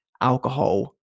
alcohol